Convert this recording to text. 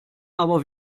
aber